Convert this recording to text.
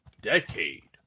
decade